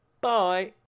bye